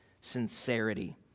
sincerity